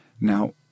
Now